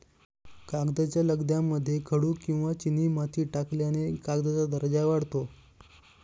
कागदाच्या लगद्यामध्ये खडू किंवा चिनीमाती टाकल्याने कागदाचा दर्जा वाढतो